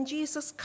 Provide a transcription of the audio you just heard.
Jesus